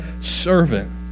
servant